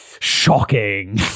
Shocking